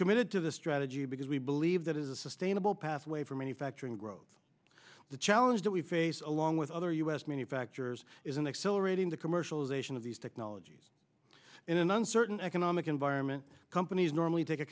committed to this strategy because we believe that is a sustainable pathway for manufacturing growth the challenge that we face along with other u s manufacturers is an accelerating the commercialization of these technologies in an uncertain economic environment companies normally take a